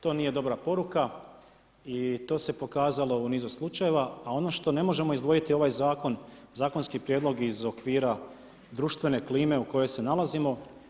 To nije dobra poruka i to se pokazalo u nizu slučajeva a ono što ne možemo izdvojiti ovaj zakonski prijedlog iz okvira društvene klime u kojoj se nalazimo.